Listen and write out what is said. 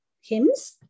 hymns